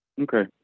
Okay